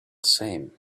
same